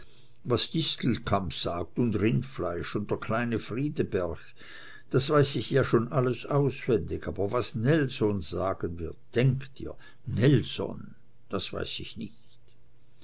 was distelkamp sagt und rindfleisch und der kleine friedeberg das weiß ich ja schon alles auswendig aber was nelson sagen wird denk dir nelson das weiß ich nicht